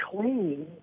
clean